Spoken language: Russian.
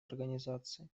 организации